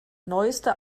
neueste